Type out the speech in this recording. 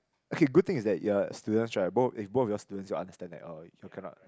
okay good thing is that you are students right both eh both of you are students you will understand that oh you all cannot